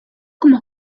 como